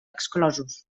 exclosos